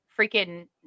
freaking